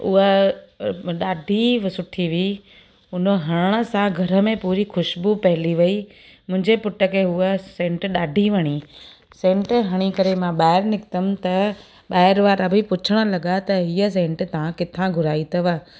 उहा म ॾाढी वि सुठी हुई हुन हणण सां घर में पूरी ख़ुश्बू फैली वेई मुंहिंजे पुट खे उहा सैंट ॾाढी वणी सैंट हणी करे मां ॿाहिरि निकितमि त ॿाहिरि वारा बि पुछण लॻा त हीअं सैंट तव्हां किथा घुराई अथव